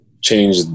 change